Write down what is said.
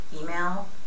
email